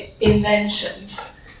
inventions